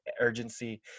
urgency